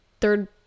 third